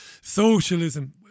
Socialism